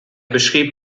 beschrieb